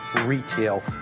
retail